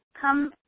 come